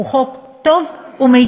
הוא חוק טוב ומיטיב,